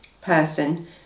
person